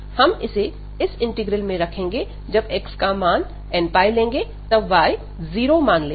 हम इसे इस इंटीग्रल में रखेंगे जब x का मान nπ लेंगे तब y 0 मान लेगा